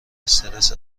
استرس